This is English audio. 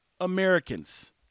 Americans